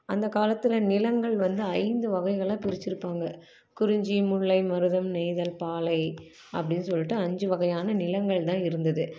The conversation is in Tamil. அந்த காலத்தில் நிலங்கள் வந்து ஐந்து வகைகளாக பிரிச்சிருப்பாங்க குறிஞ்சி முல்லை மருதம் நெய்தல் பாலை அப்படின்னு சொல்லிட்டு அஞ்சு வகையான நிலங்கள் தான் இருந்தது